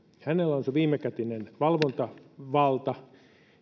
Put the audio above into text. hänellä on viimekätinen valvontavalta